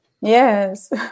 Yes